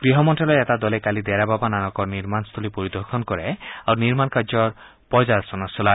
গৃহ মন্ত্যালয়ৰ এটা দলে কালি ডেৰা বাবা নানকৰ নিৰ্মণস্থলী পৰিদৰ্শন কৰে আৰু নিৰ্মাণ কাৰ্যৰ পৰ্যালোচনা চলায়